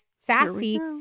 sassy